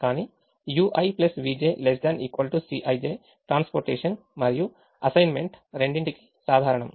కానీ ui vj ≤ Cij transportation మరియు assignment రెండింటికీ సాధారణం